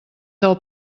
del